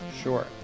Sure